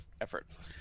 efforts